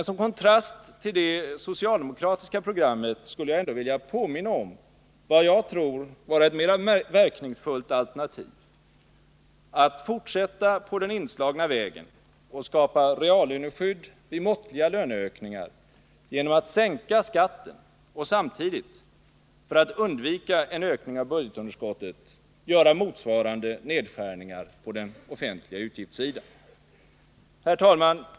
Som kontrast till det socialdemokratiska programmet skulle jag ändå vilja påminna om vad jag tror vara ett mera verkningsfullt alternativ: att fortsätta på den inslagna vägen och skapa reallöneskydd vid måttliga löneökningar genom att sänka skatten och samtidigt — för att undvika en ökning av budgetunderskottet — göra motsvarande nedskärningar på den offentliga utgiftssidan. Herr talman!